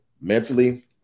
Mentally